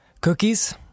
Cookies